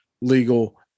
legal